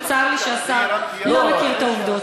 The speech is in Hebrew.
וצר לי שהשר לא מכיר את העובדות.